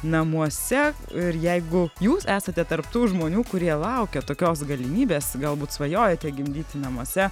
namuose ir jeigu jūs esate tarp tų žmonių kurie laukia tokios galimybės galbūt svajojate gimdyti namuose